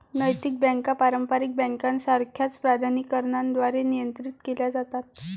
नैतिक बँका पारंपारिक बँकांसारख्याच प्राधिकरणांद्वारे नियंत्रित केल्या जातात